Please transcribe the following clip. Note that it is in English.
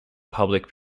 public